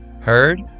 Heard